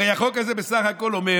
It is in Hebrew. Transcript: הרי החוק הזה בסך הכול אומר